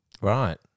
Right